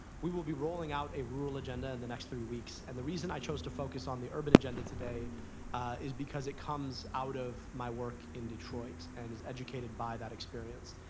we will be rolling out a rural agenda in and the next three weeks. and the reason i chose to focus on the urban agenda today is because it comes out of my work in detroit, and is educated by that experience.